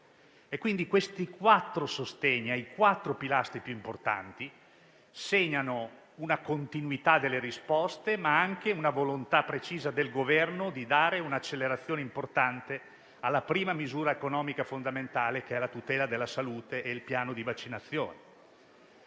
Paese. Questi quattro sostegni ai pilastri più importanti segnano una continuità delle risposte, ma anche una volontà precisa del Governo di dare un'accelerazione importante alla prima misura economica fondamentale, che è la tutela della salute e il piano di vaccinazione.